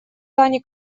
тани